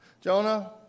Jonah